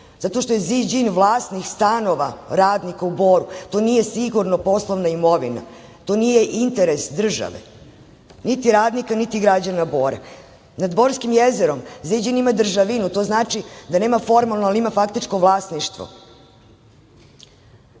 zato što je Ziđin vlasnik stanova radnika u Boru. To nije sigurno poslovna imovina. To nije interes države, niti radnika, niti građana Bora. Nad Borskim jezerom Ziđin ima državinu, to znači da nema formalno, ali ima faktičko vlasništvo. Što